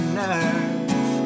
nerve